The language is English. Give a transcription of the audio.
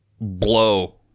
blow